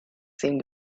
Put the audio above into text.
seemed